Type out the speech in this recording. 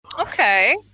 Okay